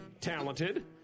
talented